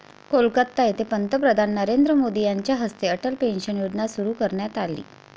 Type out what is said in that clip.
कोलकाता येथे पंतप्रधान नरेंद्र मोदी यांच्या हस्ते अटल पेन्शन योजना सुरू करण्यात आली